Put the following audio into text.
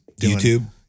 YouTube